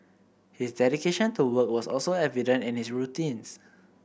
his dedication to work was also evident in his routines